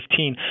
2015